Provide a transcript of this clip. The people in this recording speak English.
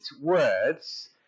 words